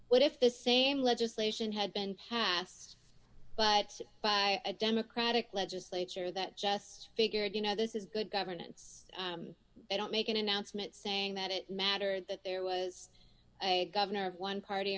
what if the same legislation had been passed but by a democratic legislature that just figured you know this is good governance don't make an announcement saying that it mattered that there was a governor of one party